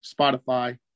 Spotify